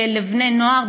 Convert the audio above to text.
למוצרים לבני נוער,